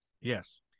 Yes